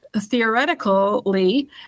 theoretically